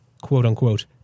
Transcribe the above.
quote-unquote